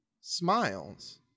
smiles